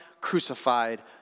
crucified